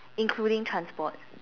including transport